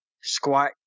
squat